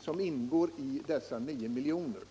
som ingår i prisregleringsmedlen, om totalt 9 milj.kr.